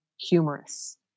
humorous